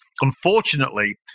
unfortunately